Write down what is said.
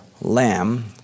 Lamb